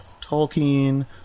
Tolkien